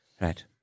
Right